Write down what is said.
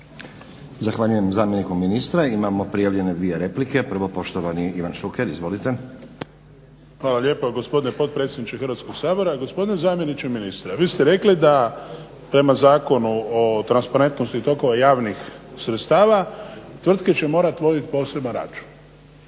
Zahvaljujem zamjeniku ministru. Imamo prijavljene dvije replike. Prvo poštovani Ivan Šuker, izvolite. **Šuker, Ivan (HDZ)** Hvala lijepo gospodine potpredsjedniče Hrvatskog sabora. Gospodine zamjeniče ministra, vi ste rekli da prema Zakonu o transparentnosti tokova javnih sredstava tvrtke će morat vodit poseban račun.